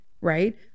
right